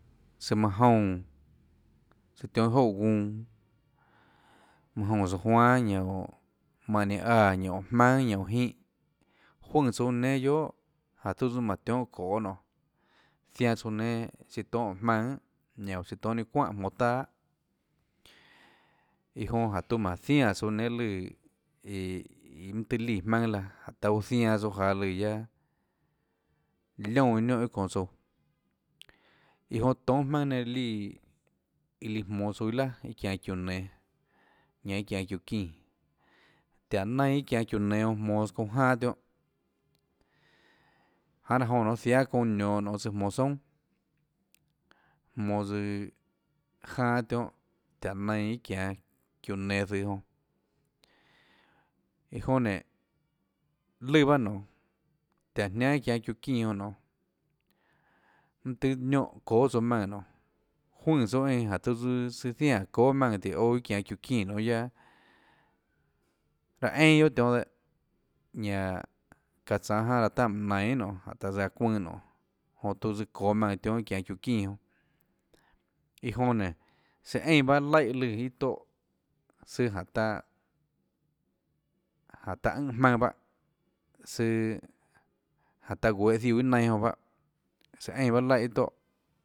Søã manã joúnã tsøã tionhâ iâ jouà óhå guunã mønã joúnã saã juan ñanã óå mánhã ninã áã ñanã óå jmaùnà ñanã óå jínhã juønè souã nénâ guiohà jánhå tiuâ tsøã mánhå tionhâ çohê nonê ziaã tsouã nénã siã tohâ óå jmaønã ñanã óå siã tohâ ninâ çuanhà jmonå taâa iã jonã taã manã ziaè tsouã nénã lùã iå mønâ tóhå líã jmaønâ laã jáhå taã uå zianã tsouã jaå lùã guiaâ liónã iã niónhã iã çonå tsouã iã jonã toúnâ jmaønâ nenã líã iã líã jmonå tsouã nénã iâ laà iâ çianå çiúã nenå ñanã iâ çianå çiúã çínã tiáhå nianã iâ çianå çiúã nenå jonã jmonås çounã janâ jáhå laã jonã jiáâ çounã nionå nonê iã jmonå soúnà jmonå tsøã janâ tionhâ tiáhå nianã iâ çianå çiúã nenå zøhå jonã iã jonã nénå lùã bahâ nonê tiáhå jnánâ iâ çianå çiúã çínã jonã nonê mønâ tahê niónhã çóâ tsouã maùnã nonê juønè tsouã eínã tiuã tsøã ziaè çóâ maùnã tùhå ouã iã çianå çiúã çínã onã guiaâ raâ einà guiohà tionhâ dehâ ñanã çaã tsanå janâ laã tanâ mánhå nainå guiohà nonê jáhå taã tsøã aã çuønã nonê jonã tuã tsøã çoå maùnã tionhâ nonê iâ çianå çiúã çínã jonã iã jonã nénå søã eínã bahâ laíhã guiohà lùã iã tóhã søã jáhå taã jáhå taã ùnhã jmaønã bahâ søøøã jáhå ta guehå ziúã iã nainã jonã bahâ søã eínã bahâ laíhã iã tóhã.